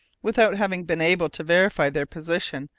without having been able to verify their position,